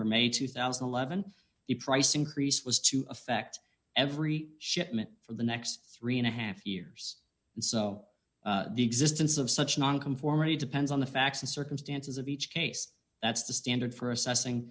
or may two thousand and eleven the price increase was to affect every shipment for the next three and a half years so the existence of such non conformity depends on the facts and circumstances of each case that's the standard for assessing